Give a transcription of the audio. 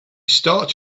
start